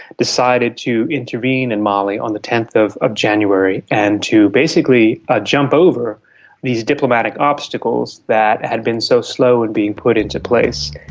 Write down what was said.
decided to intervene in mali on the tenth of of january and to basically ah jump over these diplomatic obstacles that had been so slow in being put into place.